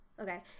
okay